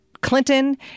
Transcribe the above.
Clinton